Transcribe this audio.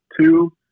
two